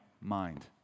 mind